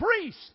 priest